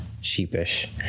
sheepish